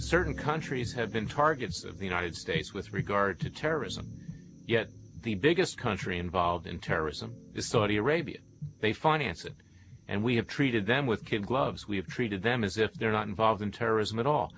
certain countries have been targets of the united states with regard to terrorism yet the biggest country involved in terrorism is saudi arabia they financed it and we have treated them with kid gloves we have treated them as if they're not involved in terrorism at all